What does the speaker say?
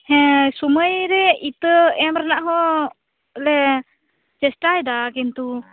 ᱦᱮᱸ ᱥᱚᱢᱚᱭᱨᱮ ᱤᱛᱟ ᱮᱢ ᱨᱮᱱᱟᱜ ᱦᱚᱸ ᱞᱮ ᱪᱮᱥᱴᱟᱭᱮᱫᱟ ᱠᱤᱱᱛᱩ